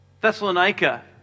Thessalonica